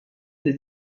des